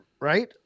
right